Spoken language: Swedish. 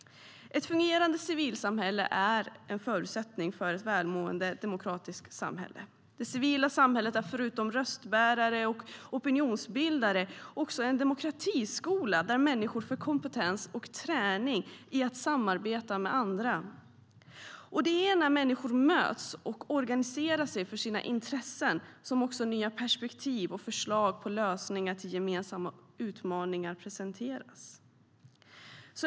Ett fungerande civilsamhälle är en förutsättning för ett välmående demokratiskt samhälle. Det civila samhället är förutom röstbärare och opinionsbildare en demokratiskola där människor får kompentens och träning i att samarbeta med andra. Det är när människor möts och organiserar sig för sina intressen som också nya perspektiv och förslag till lösningar på gemensamma utmaningar presenteras.